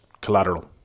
Collateral